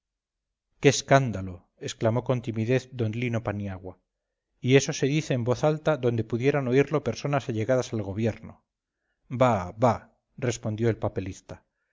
qué escándalo exclamó con timidez d lino paniagua y eso se dice en voz alta donde pudieran oírlo personas allegadas al gobierno bah bah respondió el papelista